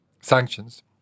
sanctions